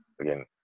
again